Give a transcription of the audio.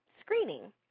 screening